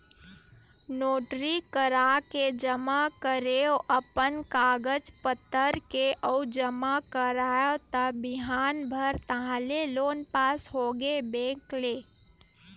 notary कराके जमा करेंव अपन कागज पतर के अउ जमा कराएव त बिहान भर ताहले लोन पास होगे बेंक ले